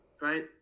right